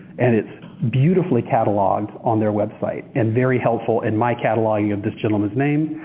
and it's beautifully cataloged on their website and very helpful in my cataloging of this gentleman's name.